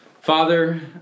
Father